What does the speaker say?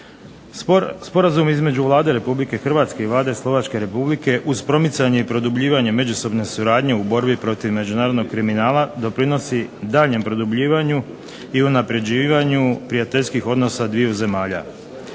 Sporazum između Vlade Republike Hrvatske i Vlade Slovačke Republike uz promicanje i produbljivanje međusobne suradnje u borbi protiv međunarodnog kriminala doprinosi daljnjem produbljivanju i unapređivanju prijateljskih odnosa dviju zemalja.